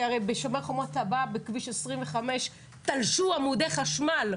הבא?" כי הרי ב-"שומר החומות" בכביש 25 תלשו עמודי חשמל.